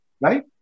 Right